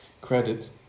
credit